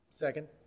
Second